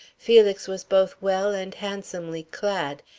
felix was both well and handsomely clad,